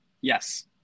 Yes